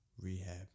Rehab